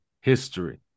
history